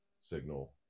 signal